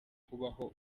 ukubaho